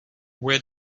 where